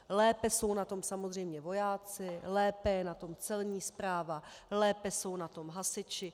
Lépe jsou na tom samozřejmě vojáci, lépe je na tom celní správa, lépe jsou na tom hasiči.